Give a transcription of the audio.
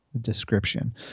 description